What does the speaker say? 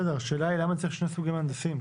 השאלה היא למה צריך שני סוגי מהנדסים.